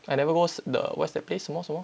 I never what's the what's that place 什么什么